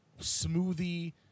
smoothie